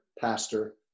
pastor